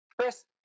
Chris